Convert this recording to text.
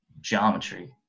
geometry